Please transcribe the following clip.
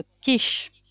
quiche